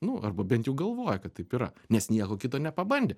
nu arba bent jau galvoja kad taip yra nes nieko kito nepabandė